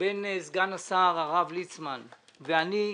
בין סגן השר הרב ליצמן ואתי,